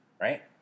right